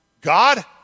God